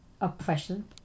oppression